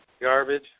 garbage